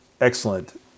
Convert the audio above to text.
excellent